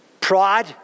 pride